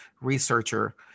researcher